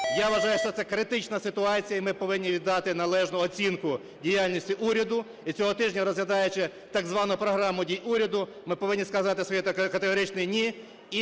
Я вважаю, що це критична ситуація, і ми повинні віддати належну оцінку діяльності уряду. І цього тижня розглядаючи так звану програму дій уряду, ми повинні сказати своє категоричне "ні"